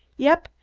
yep!